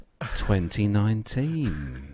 2019